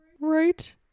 Right